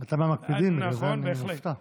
אתה מהמקפידים, בגלל זה אני מופתע.